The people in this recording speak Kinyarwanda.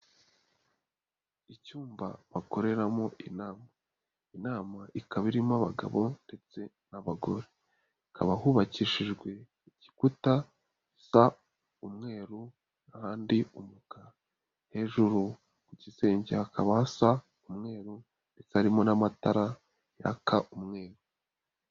Icyumba bakoreramo inama, inama ikaba irimo abagabo ndetse n'abagore hakaba hubakishijwe igikuta gisa umweru ahandi umukara, hejuru ku gisenge hakaba hasa umweru ndetse harimo n'amatara yaka umweru.